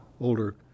older